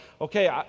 okay